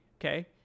okay